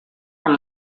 from